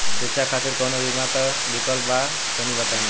शिक्षा खातिर कौनो बीमा क विक्लप बा तनि बताई?